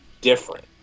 different